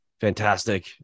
fantastic